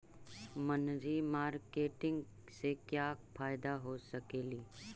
मनरी मारकेटिग से क्या फायदा हो सकेली?